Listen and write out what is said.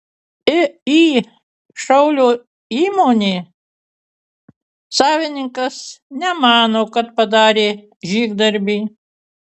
iį šaulio įmonė savininkas nemano kad padarė žygdarbį